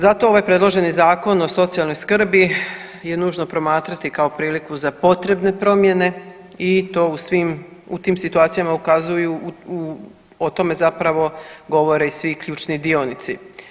Zato ovaj predloženi Zakon o socijalnoj skrbi je nužno promatrati kao priliku za potrebne promjene i to u svim, u tim situacijama ukazuju o tome zapravo govore i svi ključni dionici.